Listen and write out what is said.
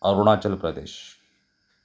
Arunachal Pradesh